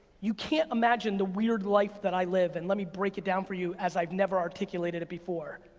you can't imagine the weird life that i live, and let me break it down for you as i've never articulated it before.